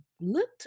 looked